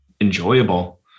enjoyable